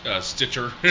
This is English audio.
Stitcher